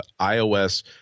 iOS